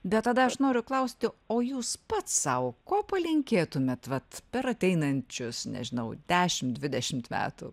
bet tada aš noriu klausti o jūs pats sau ko palinkėtumėt vat per ateinančius nežinau dešim dvidešimt metų